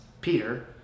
Peter